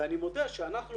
ואני מודה שאנחנו,